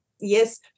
Yes